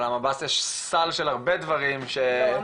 אבל למב"ס יש סל של הרבה דברים --- לא,